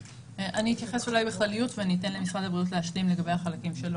אני אתייחס בכלליות ואני אתן למשרד הבריאות להשלים לגבי החלקים שלו.